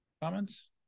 comments